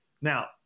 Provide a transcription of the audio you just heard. Now